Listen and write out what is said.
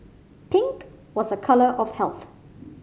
pink was a colour of health